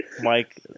Mike